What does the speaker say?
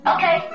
Okay